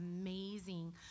amazing